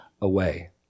away